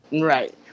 right